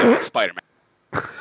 Spider-Man